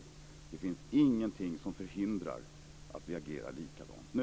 Det finns ingenting som förhindrar att vi agerar likadant nu.